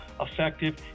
effective